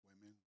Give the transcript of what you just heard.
women